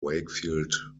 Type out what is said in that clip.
wakefield